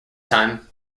time